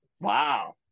Wow